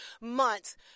months